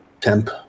temp